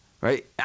right